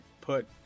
put